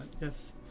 yes